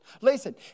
Listen